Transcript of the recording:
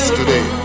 today